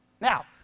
Now